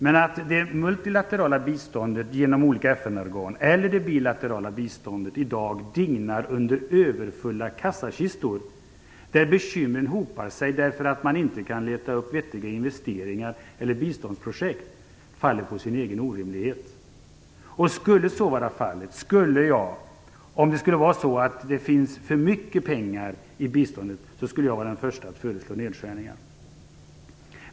Men att det multilaterala biståndet genom olika FN-organ eller det bilaterala biståndet i dag dignar under överfulla kassakistor, där bekymren hopar sig därför att man inte kan leta upp vettiga investeringar eller biståndsprojekt, faller på sin egen orimlighet. Skulle så vara fallet, skulle det finnas för mycket pengar i biståndet, vore jag den förste att föreslå nedskärningar.